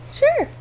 sure